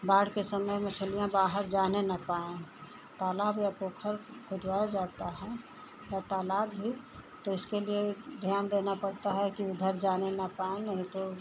बाढ़ के समय मछलियाँ बाहर जाने न पाएँ तालाब और पोखर खुदवाया जाता है और तालाब भी तो इसके लिए ध्यान देना पड़ता है कि उधर जाने न पाएँ नहीं तो